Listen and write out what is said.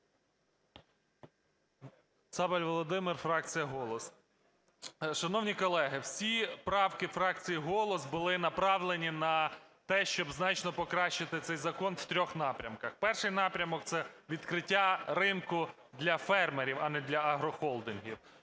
Цабаль Володимир, фракція "Голос". Шановні колеги, всі правки фракції "Голос" були направлені на те, щоб значно покращити цей закон в трьох напрямках. Перший напрямок – це відкриття ринку для фермерів, а не для агрохолдингів.